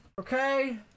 Okay